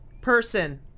person